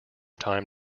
time